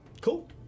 Cool